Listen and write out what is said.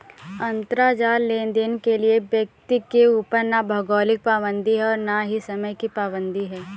अंतराजाल लेनदेन के लिए व्यक्ति के ऊपर ना भौगोलिक पाबंदी है और ना ही समय की पाबंदी है